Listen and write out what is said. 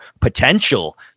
potential